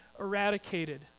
eradicated